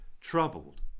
troubled